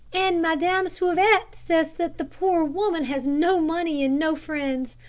and madame souviet says that the poor woman has no money and no friends.